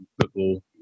football